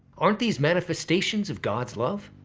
aren't these manifestations of god's love?